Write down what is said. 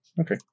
okay